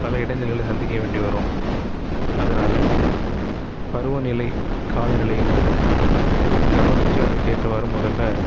பல இடைஞ்சல்களை சந்திக்க வேண்டி வரும் அதனால் பருவநிலை காலநிலையிங்கிறத கவனித்து அதுக்கு ஏற்றவாரு முதல